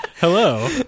hello